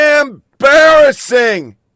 embarrassing